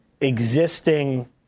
existing